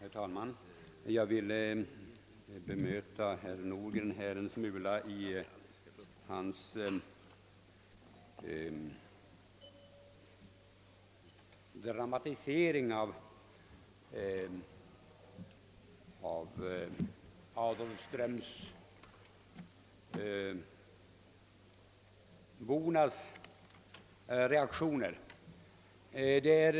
Herr talman! Jag vill bemöta herr Nordgren med anledning av hans dramatisering av adolfströmsbornas reaktioner.